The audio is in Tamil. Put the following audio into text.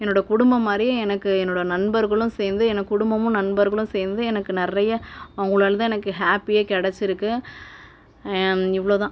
என்னோட குடும்பம் மாதிரி எனக்கு என்னோட நண்பர்களும் சேர்ந்து என்னை குடும்பமும் நண்பர்களும் சேர்ந்து எனக்கு நிறைய அவங்களால் தான் எனக்கு ஹாப்பியே கிடச்சிருக்கு இவ்வளோ தான்